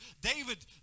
David